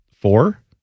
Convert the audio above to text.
Four